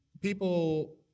people